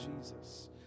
Jesus